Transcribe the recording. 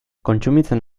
kontsumitzen